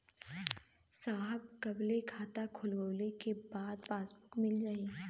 साहब कब ले खाता खोलवाइले के बाद पासबुक मिल जाई?